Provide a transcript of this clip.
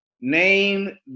Name